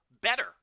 better